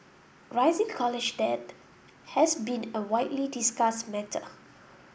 rising college debt has been a widely discussed matter